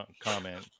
comment